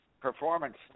Performance